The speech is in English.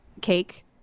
cake